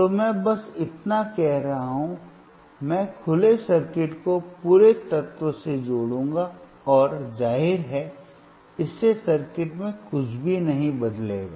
तो मैं बस इतना कह रहा हूं मैं खुले सर्किट को पूरे तत्व से जोड़ूंगा और जाहिर है इससे सर्किट में कुछ भी नहीं बदलेगा